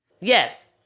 Yes